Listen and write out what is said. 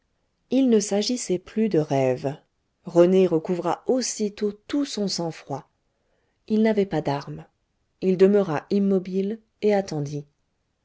il ne s'agissait plus de rêves rené recouvra aussitôt tout son sang-froid il n'avait pas d'armes il demeura immobile et attendit